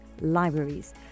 libraries